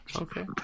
okay